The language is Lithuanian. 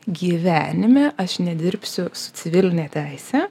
gyvenime aš nedirbsiu su civiline teise